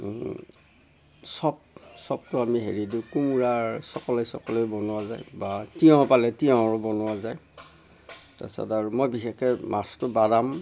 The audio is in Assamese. চপ চপটো আমি হেৰি দি কোমোৰাৰ চকলে চকলে বনোৱা যায় বা তিয়ঁহ পালে তিয়ঁহ বনোৱা যায় তাৰপিছত আৰু মই বিশেষকৈ মাছটো বাদাম